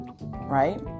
right